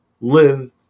live